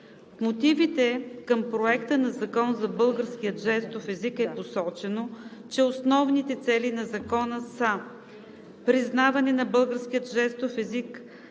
мотивите към Законопроекта за българския жестов език е посочено, че основните цели на Закона са: - признаване на българския жестов език